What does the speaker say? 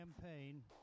campaign